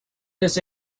this